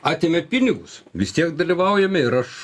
atėmė pinigus vis tiek dalyvaujame ir aš